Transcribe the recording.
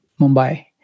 Mumbai